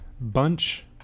Bunch